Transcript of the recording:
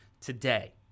Today